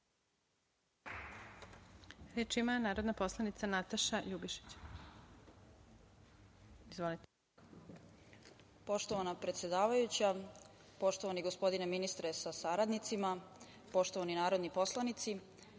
Ljubišić. Izvolite. **Nataša Ljubišić** Poštovana predsedavajuća, poštovani gospodine ministre sa saradnicima, poštovani narodni poslanici,